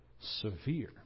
severe